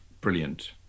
Brilliant